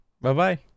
bye-bye